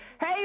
Hey